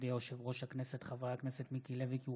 הודיע יושב-ראש הכנסת חבר הכנסת מיקי לוי כי הוא